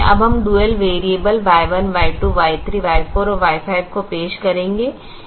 अब हम dual variable Y1 Y2 Y3 Y4 और Y5पेश करेंगे